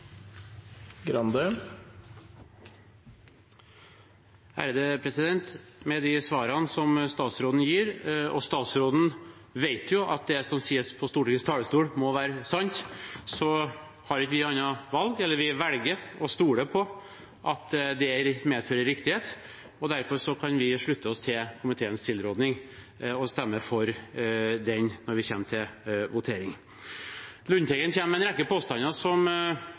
Med de svarene statsråden gir, og statsråden vet jo at det som sies fra Stortingets talerstol, må være sant, velger vi å stole på at det medfører riktighet. Derfor kan vi slutte oss til komiteens tilråding og stemme for den når vi kommer til voteringen. Representanten Lundteigen kommer med en rekke påstander som